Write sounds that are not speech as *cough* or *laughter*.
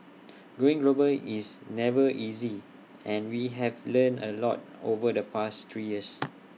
*noise* going global is never easy and we have learned A lot over the past three years